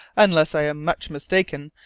unless i am much mistaken,